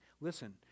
Listen